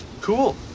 Cool